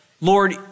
Lord